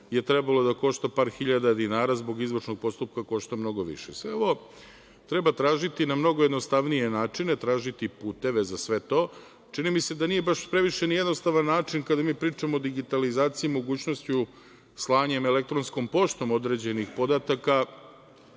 je trebalo da košta par hiljada dinara zbog izvršnog postupka košta mnogo više. Sve ovo treba tražiti na mnogo jednostavniji načine, tražiti puteve za sve to. Čini mi se da nije baš previše ni jednostavan način kada mi pričamo o digitalizaciji, mogućnošću slanja elektronskom poštom određenih podataka,